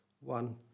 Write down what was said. one